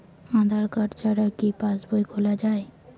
আধার card ছাড়া কি পাসবই খোলা যায়?